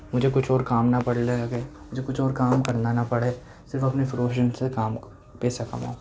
مجھے کچھ اور کام نا پڑنے لگے مجھے کچھ اور کام کرنا نا پڑے صرف اپنے پروفیشن سےکام پیسہ کماؤں